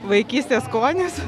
vaikystės skonis